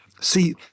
See